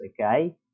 okay